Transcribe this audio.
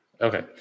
Okay